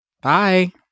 Bye